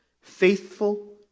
Faithful